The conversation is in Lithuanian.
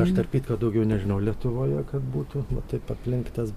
aš tarp kitko daugiau nežinau lietuvoje kad būtų va taip aplink tas